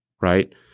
right